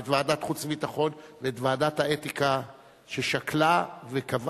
ואת ועדת החוץ והביטחון ואת ועדת האתיקה ששקלה וקבעה,